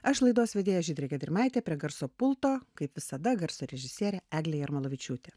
aš laidos vedėja žydrė gedrimaitė prie garso pulto kaip visada garso režisierė eglė jarmalavičiūtė